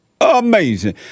Amazing